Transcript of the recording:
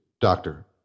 Doctor